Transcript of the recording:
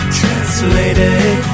translated